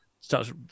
starts